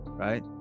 Right